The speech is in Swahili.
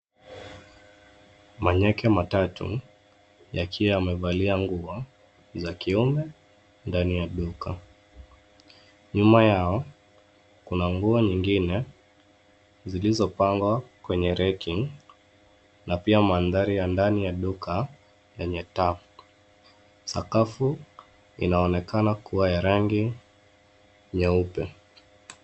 Manyeke matatu yakiwa yamevalia nguo za kiume ndani ya duka. Nyuma yao kuna nguo nyingine zilizopangwa kwenye reki na pia mandhari ya ndani ya duka yenye taa. Sakafu inaonekana kuwa ya rangi nyeupe.